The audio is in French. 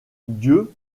dieu